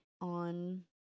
on